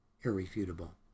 Irrefutable